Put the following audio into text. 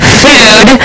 food